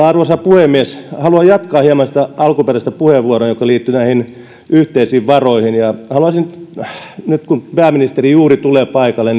arvoisa puhemies haluan jatkaa hieman sitä alkuperäistä puheenvuoroa joka liittyi näihin yhteisiin varoihin haluaisin nyt kun pääministeri juuri tulee paikalle